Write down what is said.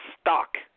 stock